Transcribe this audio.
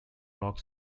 rock